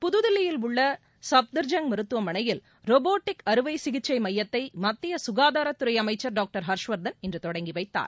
புதுதில்லியில் உள்ள சுப்தர்ஜங் மருத்துவமனையில் ரோபாட்டிக் அறுவைசிகிச்சை மையத்தை மத்திய ககாதாரத்துறை அமைச்சர் டாக்டர் ஹர்ஷ்வர்தன் இன்று தொடங்கிவைத்தார்